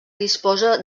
disposa